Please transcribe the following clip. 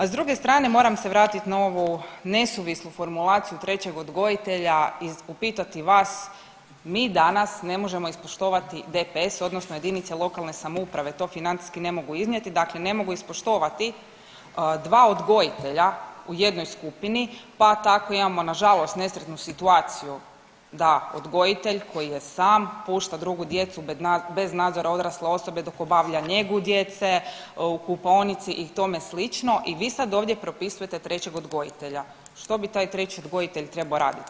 A s druge strane moram se vratit na ovu nesuvislu formulaciju trećeg odgojitelja i upitati vas mi danas ne možemo ispoštovati DPS odnosno JLS to financijski ne mogu iznijeti, dakle ne mogu ispoštovati dva odgojitelja u jednoj skupini, pa tako imamo nažalost nesretnu situaciju da odgojitelj koji je sam pušta drugu djecu bez nadzora odrasle osobe dok obavlja njegu djece u kupaonici i tome slično i vi sad ovdje propisujete trećeg odgojitelja, što bi taj treći odgojitelj trebao raditi?